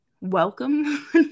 welcome